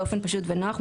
באופן פשוט ונוח,